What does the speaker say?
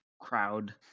crowd